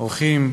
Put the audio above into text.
אורחים,